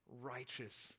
righteous